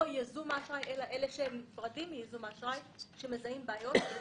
לא ייזום האשראי אלא אלה שהם מופרדים מייזום האשראי כשמזהים בעיות.